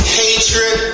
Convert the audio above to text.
hatred